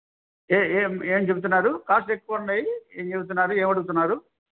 ఏమి చెప్తున్నారు కాస్ట్ ఎక్కువ ఉన్నాయి ఏమి చెప్తున్నారు ఏమి అడుగుతున్నారు